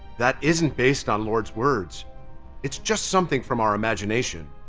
that isn't based on lord's words it's just something from our imagination.